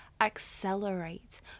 accelerate